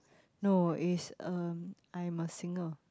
no it's uh I-Am-a-Singer